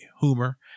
humor